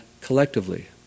collectively